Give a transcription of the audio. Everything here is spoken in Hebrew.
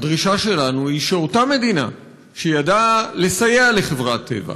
הדרישה שלנו היא שאותה מדינה שידעה לסייע לחברת טבע,